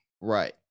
Right